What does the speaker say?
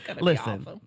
Listen